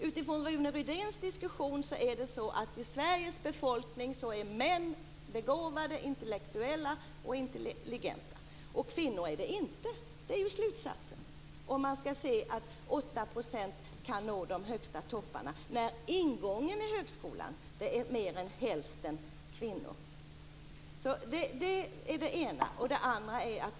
Utifrån Rune Rydéns diskussion är män i Sverige begåvade, intellektuella och intelligenta medan kvinnor inte är det. Det är ju slutsatsen om det bara är 8 % kvinnor som kan nå de allra högsta topparna när mer än hälften av dem som påbörjar en högskoleutbildning består av kvinnor.